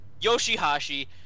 Yoshihashi